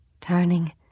turning